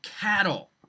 cattle